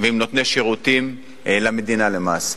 ועם נותני שירותים למדינה למעשה.